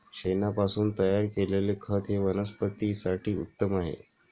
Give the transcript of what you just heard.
शेणापासून तयार केलेले खत हे वनस्पतीं साठी उत्तम आहे